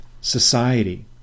society